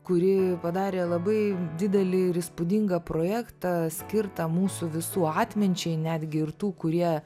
kuri padarė labai didelį ir įspūdingą projektą skirtą mūsų visų atminčiai netgi ir tų kurie